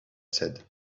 said